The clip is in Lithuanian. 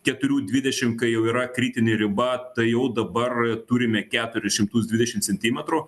keturių dvidešim kai jau yra kritinė riba tai jau dabar turime keturis šimtus dvidešim centimetrų